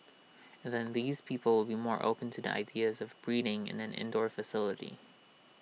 and then these people will be more open to the ideas of breeding in an indoor facility